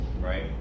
right